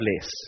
less